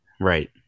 Right